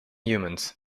humans